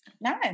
No